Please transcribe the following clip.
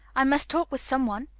i must talk with some one.